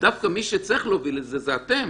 דווקא מי שצריך להוביל את זה, זה אתם.